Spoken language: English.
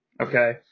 okay